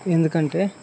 ఎందుకంటే